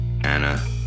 Anna